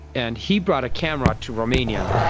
and he brought a camera to romania,